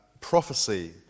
prophecy